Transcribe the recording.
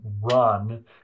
run